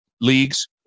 leagues